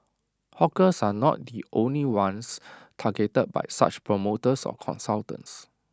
hawkers are not the only ones targeted by such promoters or consultants